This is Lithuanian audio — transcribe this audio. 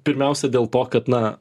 pirmiausia dėl to kad na